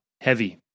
Heavy